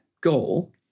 goal